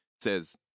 says